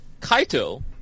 Kaito